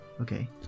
okay